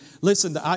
Listen